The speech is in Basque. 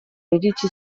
iritsi